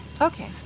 Okay